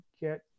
get